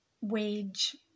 wage